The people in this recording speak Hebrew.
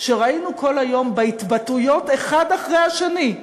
שראינו כל היום בהתבטאויות, אחד אחרי השני,